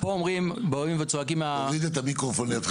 באים ואומרים